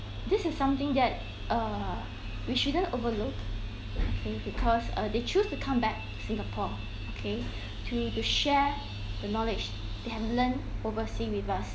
this is something that err we shouldn't overlook because uh they choose to come back to singapore okay to to share the knowledge they have learned oversea with us